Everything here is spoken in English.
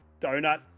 donut